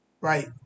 Right